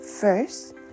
First